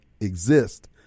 exist